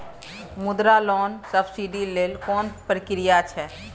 मुद्रा लोन म सब्सिडी लेल कोन प्रक्रिया छै?